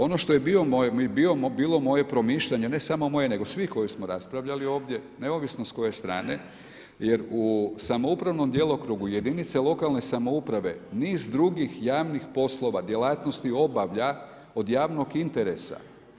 Ono što je bilo moje promišljanje, ne samo moje nego svi koji smo raspravljali ovdje neovisno s koje strane jer u samoupravnom djelokrugu jedinice lokalne samouprave niz drugih javnih poslova, djelatnosti obavlja od javnog interesa.